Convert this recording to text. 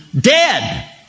Dead